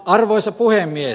arvoisa puhemies